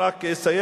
אני רק אסיים,